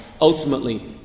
Ultimately